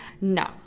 No